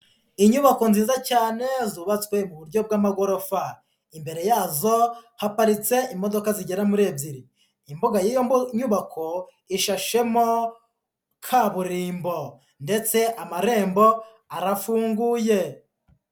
Inyubako nziza cyane zubatswe mu buryo bw'amagorofa, imbere yazo haparitse imodoka zigera muri ebyiri, imbuga y'iyo nyubako, ishashemo kaburimbo, ndetse amarembo arafunguye.